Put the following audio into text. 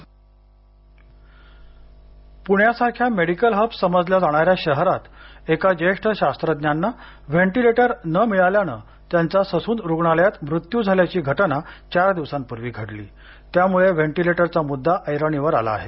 पणे व्हेंटीलेटर पुण्यासारख्या medical hub समजल्या जाणा या शहरात एका ज्येष्ठ शास्त्रज्ञांना व्हेंटीलेटर न मिळाल्याने त्यांचा ससून रूग्णालयात मृत्यू झाल्याची घटना चार दिवसांपूर्वी घडली त्यामुळे व्हेंटीलेटरचा मुद्दा ऐरणीवर आला आहे